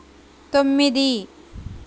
తొమ్మిది